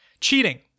Cheating